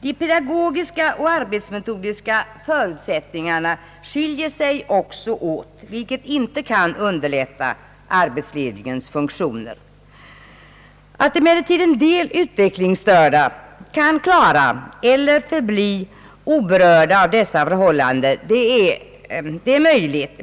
De pedagogiska och arbetsmetodiska förutsättningarna skiljer sig också åt, vilket inte kan underlätta arbetsledningens funktioner. Att emellertid en del utvecklingsstörda kan klara eller förbli oberörda av detta förhållande är möjligt.